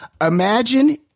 imagine